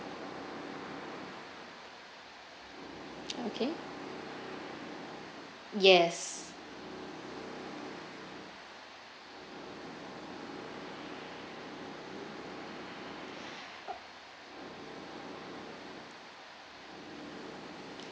okay yes